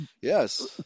Yes